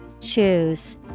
Choose